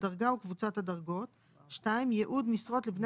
הדרגה או קבוצת הדרגות; ייעוד משרות לבני